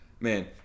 Man